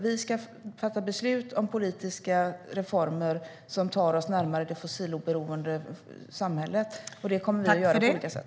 Vi ska fatta beslut om politiska reformer som tar oss närmare det fossiloberoende samhället, och det kommer vi att göra på olika sätt.